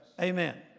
Amen